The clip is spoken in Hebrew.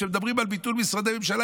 כשמדברים על ביטול משרדי ממשלה,